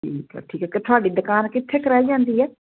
ਠੀਕ ਹੈ ਠੀਕ ਹੈ ਕਿ ਤੁਹਾਡੀ ਦੁਕਾਨ ਕਿੱਥੇ ਕੁ ਰਹਿ ਜਾਂਦੀ ਹੈ